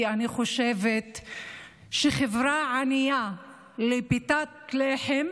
כי אני חושבת שחברה ענייה לפת לחם